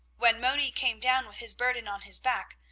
when moni came down with his burden on his back,